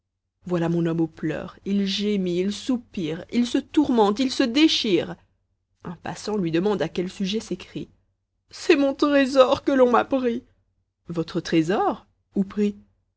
voilà mon homme aux pleurs il gémit il soupire il se tourmente il se déchire un passant lui demande à quel sujet ses cris c'est mon trésor que l'on m'a pris votre trésor où pris